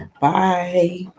Bye